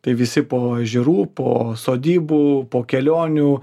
tai visi po ežerų po sodybų po kelionių